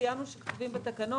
שציינו שכתובים בתקנות.